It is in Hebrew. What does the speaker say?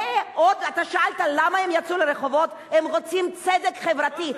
ועוד אתה שאלת למה הם יצאו לרחובות הם רוצים צדק חברתי.